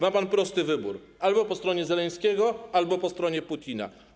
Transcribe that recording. Ma pan prosty wybór: albo po stronie Zełenskiego, albo po stronie Putina.